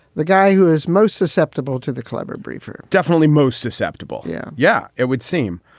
the guy who is most susceptible to the clever briefer, definitely most susceptible yeah. yeah, it would seem.